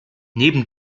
neben